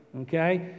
Okay